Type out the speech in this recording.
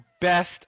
best